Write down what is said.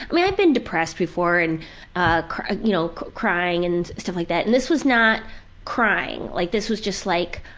i've been depressed before and ah ah you know crying and stuff like that and this was not crying. like this was just like,